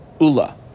Ula